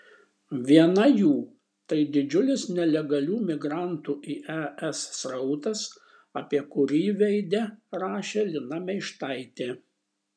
viena jų tai didžiulis nelegalių migrantų į es srautas apie kurį veide rašė lina meištaitė